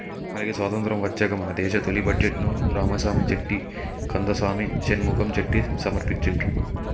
మనకి స్వతంత్రం వచ్చాక మన దేశ తొలి బడ్జెట్ను రామసామి చెట్టి కందసామి షణ్ముఖం చెట్టి సమర్పించిండ్రు